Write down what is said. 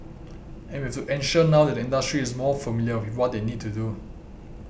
and we have to ensure now that the industry is more familiar with what they need to do